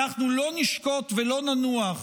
אנחנו לא נשקוט ולא ננוח